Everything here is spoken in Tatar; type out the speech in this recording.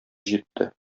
җитте